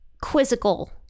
quizzical